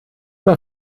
der